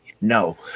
no